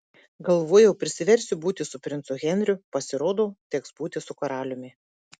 galvojau prisiversiu būti su princu henriu pasirodo teks būti su karaliumi